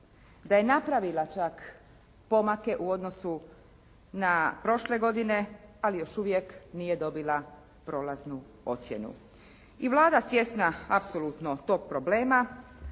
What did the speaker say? da je napravila čak pomake u odnosu na prošle godine. Ali još uvijek nije dobila prolaznu ocjenu. I Vlada svjesna apsolutno tog problema